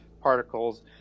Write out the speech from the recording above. particles